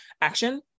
action